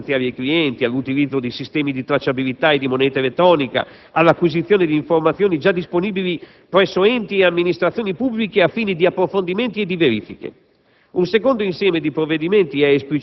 penso all'anagrafe dei rapporti tra operatori finanziari e clienti, all'utilizzo di sistemi di tracciabilità e di moneta elettronica, all'acquisizione di informazioni già disponibili presso enti ed amministrazioni pubbliche a fini di approfondimenti e di verifiche.